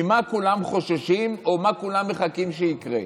ממה כולם חוששים או מה כולם מחכים שיקרה,